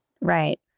Right